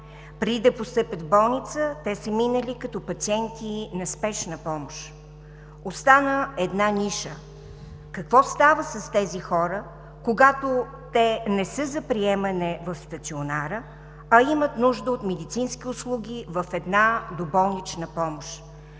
преди да постъпят там, те са минали като пациенти на Спешна помощ. Остана една ниша. Какво става с тези хора, когато те не са за приемане в стационара, а имат нужда от медицински услуги в една доболнична помощ?